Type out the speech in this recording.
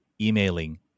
emailing